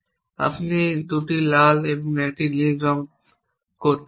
আপনি এই 2টি লাল এবং এই 1টি নীল রঙ করতে পারেন